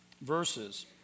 verses